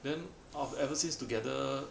then ever since together